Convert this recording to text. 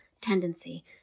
tendency